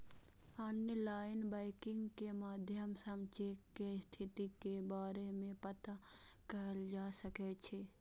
online banking के माध्यम सं चेक के स्थिति के बारे मे पता कैल जा सकै छै